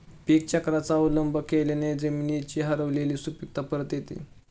पीकचक्राचा अवलंब केल्याने जमिनीची हरवलेली सुपीकता परत येते